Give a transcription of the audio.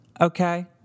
okay